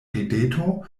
rideto